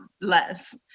less